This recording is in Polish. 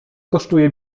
kosztuje